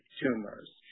tumors